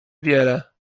wiele